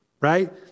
right